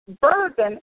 burden